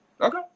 Okay